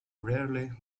rarely